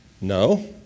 No